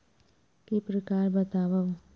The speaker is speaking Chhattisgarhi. के प्रकार बतावव?